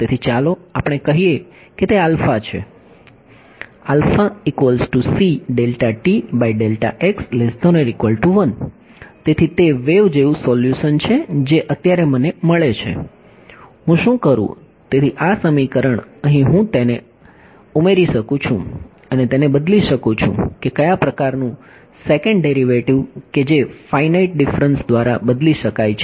તેથી ચાલો આપણે કહીએ કે તે આલ્ફા છે તેથી તે વેવ જેવું સોલ્યુશન છે જે અત્યારે મળે છે હું શું કરું તેથી આ સમીકરણ અહીં હું તેને અહીં ઉમેરી શકું છું અને તેને બદલી શકું છું કે કયા પ્રકારનું સેકન્ડ ડેરિવેટિવ કે જે ફાઇનાઇટ ડીફરન્સ દ્વારા બદલી શકાય છે